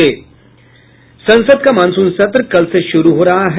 संसद का मॉनसून सत्र कल से शुरू हो रहा है